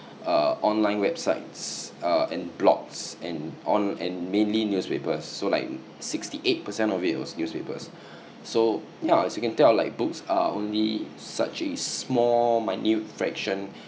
uh online websites uh and blogs and onl~ and mainly newspapers so like sixty eight percent of it was newspapers so ya as you can tell like books are only such a small minute fraction